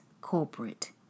corporate